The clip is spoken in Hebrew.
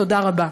תודה רבה.